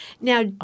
Now